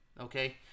okay